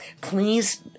Please